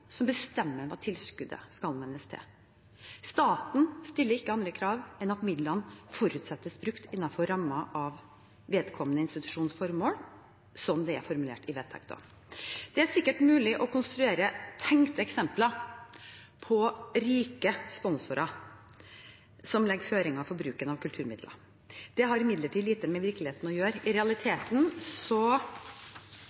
som bestemmer hva tilskuddet skal anvendes til. Staten stiller ikke andre krav enn at midlene forutsettes brukt innenfor rammen av vedkommende institusjons formål, som det er formulert i vedtektene. Det er sikkert mulig å konstruere tenkte eksempler på «rike sponsorer» som legger føringer for bruken av kulturmidler. Det har imidlertid lite med virkeligheten å gjøre. I